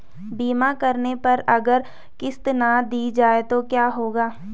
बीमा करने पर अगर किश्त ना दी जाये तो क्या होगा?